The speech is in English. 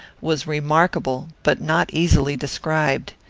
was remarkable, but not easily described.